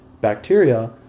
bacteria